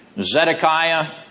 Zedekiah